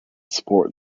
support